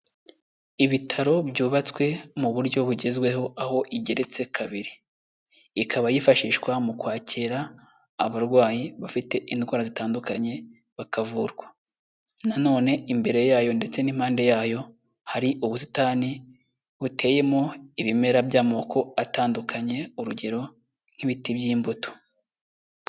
Ibitaro byubatswe mu buryo bugezweho, aho igeretse kabiri, ikaba yifashishwa mu kwakira abarwayi bafite indwara zitandukanye bakavurwa, na none imbere yayo ndetse n'impande yayo, hari ubusitani buteyemo ibimera by'amoko atandukanye, urugero nk'ibiti by'imbuto.